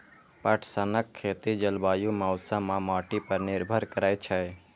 पटसनक खेती जलवायु, मौसम आ माटि पर निर्भर करै छै